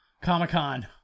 Comic-Con